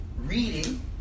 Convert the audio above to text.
reading